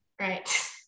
Right